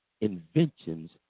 inventions